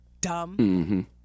dumb